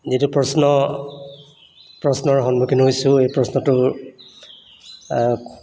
যিটো প্ৰশ্ন প্ৰশ্নৰ সন্মুখীন হৈছো সেই প্ৰশ্নটোৰ